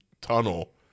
tunnel